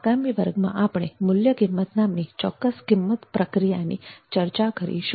આગામી વર્ગમાં આપણે મૂલ્ય કિંમત નામની ચોક્કસ કિંમત પ્રક્રિયાની ચર્ચા કરીશું